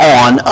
on